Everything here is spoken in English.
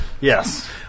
Yes